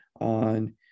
on